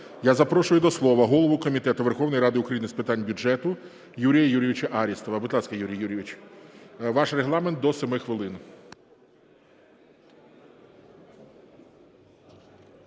я запрошую до слова голову Комітету Верховної Ради України з питань бюджету Юрія Юрійовича Арістова. Будь ласка, Юрій Юрійович. Ваш регламент до 7 хвилин.